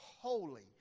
holy